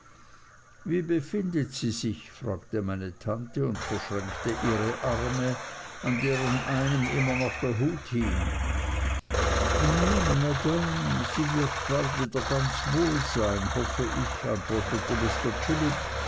wie befindet sie sich fragte meine tante und verschränkte ihre arme an deren einem immer noch der hut hing nun madame sie wird bald wieder ganz wohl sein hoffe ich antwortete